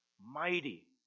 mighty